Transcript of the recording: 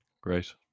Great